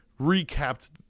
recapped